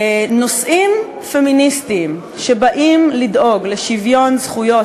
נושאים פמיניסטיים שבאים לדאוג לשוויון זכויות